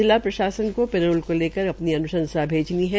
जिला प्रशासन को पेरोल को लेकर अपनी अन्शंसा भेजनी है